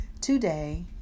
today